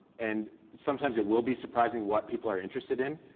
and sometimes it will be surprising what people are interested in.